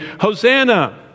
Hosanna